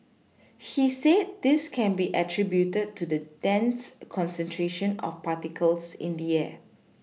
he said this can be attributed to the dense concentration of particles in the air